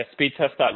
Speedtest.net